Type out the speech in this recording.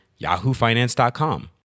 yahoofinance.com